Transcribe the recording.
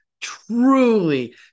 Truly